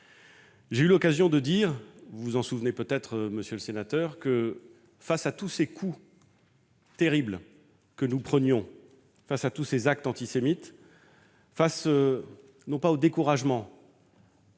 J'ai eu l'occasion de le dire- vous vous en souvenez peut-être -face à tous ces coups terribles que nous prenons, face à tous ces actes antisémites, face non pas au découragement